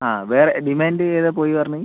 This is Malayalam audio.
ആ വേറെ ഡിമാൻഡ് ഏതാണ് പോയിന്ന് പറഞ്ഞത്